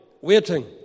waiting